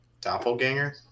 Doppelganger